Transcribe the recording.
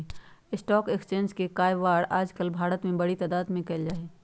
stock exchange के काएओवार आजकल भारत में बडी तादात में कइल जा हई